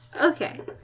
Okay